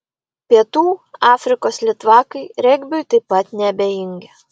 pietų afrikos litvakai regbiui taip pat neabejingi